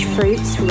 Fruits